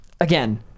Again